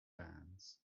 bands